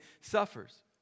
suffers